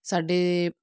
ਸਾਡੇ